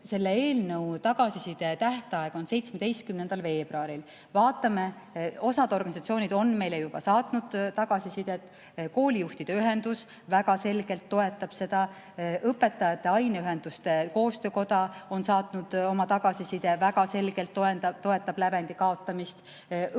selle eelnõu tagasiside tähtaeg on 17. veebruaril. Vaatame, osa organisatsioone on meile juba saatnud tagasisidet. Koolijuhtide ühendus väga selgelt toetab seda. Õpetajate aineühenduste koostöökoda on saatnud oma tagasiside – väga selgelt toetab lävendi kaotamist. Õpilasesinduste liit väga